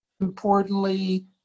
importantly